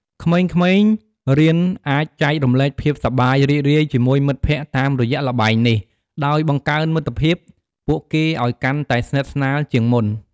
ក្មេងៗរៀនអាចចែករំលែកភាពសប្បាយរីករាយជាមួយមិត្តភក្តិតាមរយៈល្បែងនេះ ដោយបង្កើនមិត្តភាពពួកគេឲ្យកាន់តែស្និតស្នាលជាងមុន។